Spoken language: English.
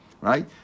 right